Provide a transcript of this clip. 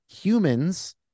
humans